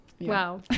Wow